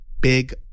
big